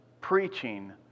preaching